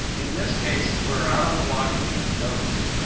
in this case, we're out on the washington coast.